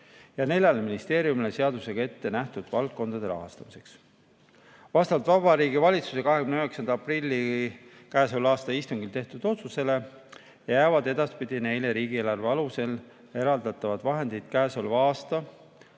ja neljale ministeeriumile seadusega ettenähtud valdkondade rahastamiseks. Vastavalt Vabariigi Valitsuse 29. aprilli k.a istungil tehtud otsusele jäävad edaspidi neile riigieelarve alusel eraldatavad vahendid käesoleva aasta